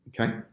Okay